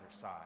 side